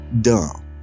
dumb